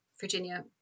Virginia